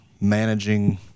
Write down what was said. managing